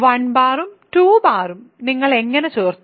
1 ബാറും 2 ബാറും നിങ്ങൾ എങ്ങനെ ചേർത്തു